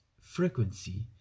frequency